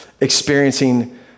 experiencing